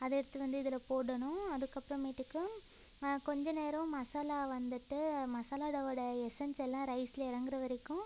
அதை எடுத்து வந்து இதில் போடணும் அதுக்கு அப்புறமேட்டுக்கு கொஞ்சம் நேரம் மசாலா வந்துட்டு மசாலாவோடய எசன்ஸ் எல்லாம் ரைஸில் இறங்குற வரைக்கும்